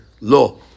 law